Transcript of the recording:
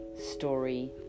story